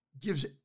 gives